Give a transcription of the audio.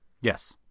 Yes